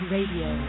Radio